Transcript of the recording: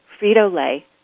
Frito-Lay